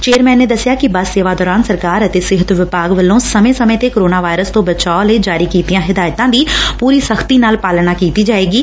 chairman ਨੈ ਦਸਿਆ ਕਿ ਬੱਸ ਸੇਵਾ ਦੌਰਾਨ ਸਰਕਾਰ ਅਤੇ ਸਿਹਤ ਵਿਭਾਗ ਵੱਲੋਂ ਸਮੇਂ ਸਮੇਂ ਤੇ ਕੋਰੋਨਾ ਵਾਇਰਸ ਤੋਂ ਬਚਾਓ ਲਈ ਜਾਰੀ ਕੀਤੀਆ ਹਦਾਇਤਾਂ ਦੀ ਪੁਰੀ ਸਖ਼ਤੀ ਨਾਲ ਪਾਲਣਾ ਕੀਤੀ ਜਾਏਗੀ